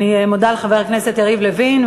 אני מודה לחבר הכנסת יריב לוין,